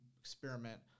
experiment